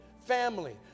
family